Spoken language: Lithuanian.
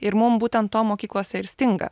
ir mum būtent to mokyklose ir stinga